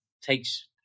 takes